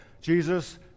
Jesus